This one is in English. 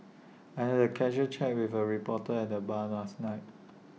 I had A casual chat with A reporter at the bar last night